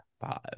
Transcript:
five